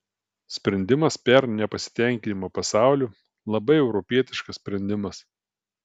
sprendimas per nepasitenkinimą pasauliu labai europietiškas sprendimas